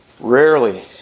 rarely